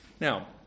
Now